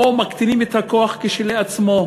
או שמקטינים את הכוח כשלעצמו.